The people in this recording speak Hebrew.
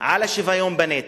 על השוויון בנטל,